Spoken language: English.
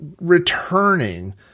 returning